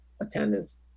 attendance